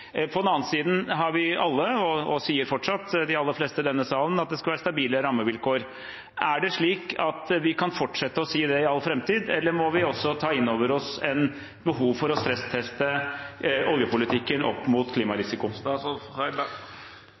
På den annen side har vi alle sagt – og de aller fleste i denne salen sier det fortsatt – at det skal være stabile rammevilkår. Kan vi fortsette å si det i all framtid, eller må vi også ta inn over oss behovet for å stressteste oljepolitikken opp mot klimarisiko?